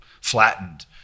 flattened